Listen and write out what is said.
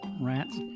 rats